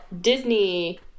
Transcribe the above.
Disney